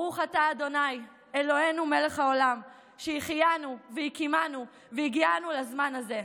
ברוך אתה ה' אלוהינו מלך העולם שהחיינו וקיימנו והגיענו לזמן הזה.